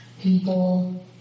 people